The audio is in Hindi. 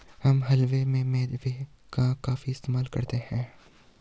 हम हलवे में मेवे का काफी इस्तेमाल करते हैं